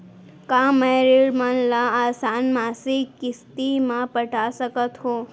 का मैं ऋण मन ल आसान मासिक किस्ती म पटा सकत हो?